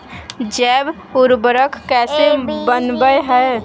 जैव उर्वरक कैसे वनवय हैय?